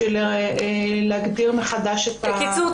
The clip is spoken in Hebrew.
בשביל להגדיר מחדש- -- בקיצור,